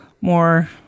more